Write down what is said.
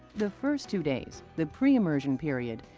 the first two days, the pre-immersion period,